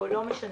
או חלא מנשה,